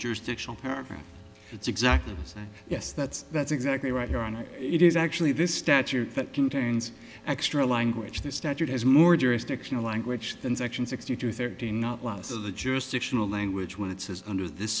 jurisdictional paragraph it's exactly yes that's that's exactly right it is actually this statute that contains extra language the statute has more jurisdictional language than section sixty two thirteen not lots of the jurisdictional language when it says under this